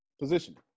Position